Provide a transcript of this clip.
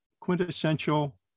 quintessential